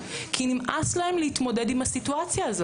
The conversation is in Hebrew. כי נמאס להם להתמודד עם הסיטואציה הזאת.